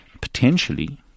potentially